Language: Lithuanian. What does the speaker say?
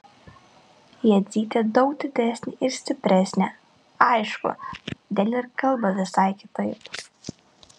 jadzytė daug didesnė ir stipresnė aišku todėl ir kalba visai kitaip